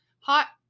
hot